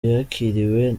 yakiriwe